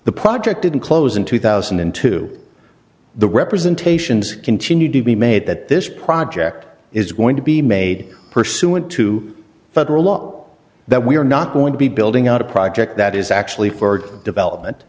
the project didn't close in two thousand and two the representations continued to be made that this project is going to be made pursuant to federal law that we are not going to be building out a project that is actually for development